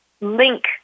link